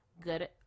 good